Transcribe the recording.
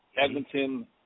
Edmonton